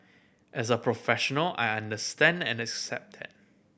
as a professional I understand and accept that